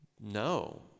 No